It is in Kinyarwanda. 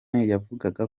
yavugaga